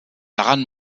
daran